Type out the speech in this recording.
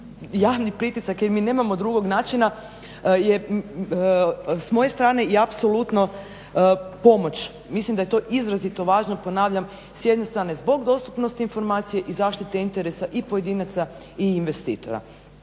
javni pritisak jer mi nemamo drugog načina jer s moje strane je apsolutno pomoć. Mislim da je to izrazito važno ponavljam s jedne strane zbog dostupnosti informacija i zaštite interesa i pojedinaca i investitora.